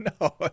No